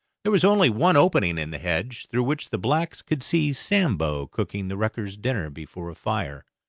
there was only one opening in the hedge, through which the blacks could see sambo cooking the wreckers' dinner before a fire.